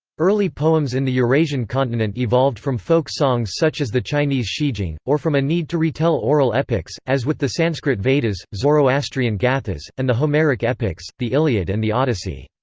early poems in the eurasian continent evolved from folk songs such as the chinese shijing, or from a need to retell oral epics, as with the sanskrit vedas, zoroastrian gathas, and the homeric epics, the iliad and the odyssey.